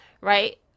right